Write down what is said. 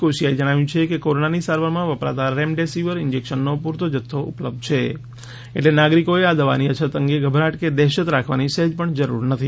કોશીયાએ જણાવ્યુ છે કે કોરોનાની સારવારમાં વપરાતા રેમડેસીવિર ઇન્જેક્શનનો પુરતો જથ્થો ઉપલબ્ધ છે એટલે નાગરિકોએ આ દવાની અછત અંગે ગભરાટ કે દહેશત રાખવાની સહેજ પણ જરૂર નથી